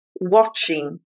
watching